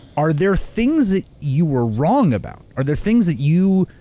are there things that you were wrong about? are there things that you,